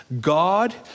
God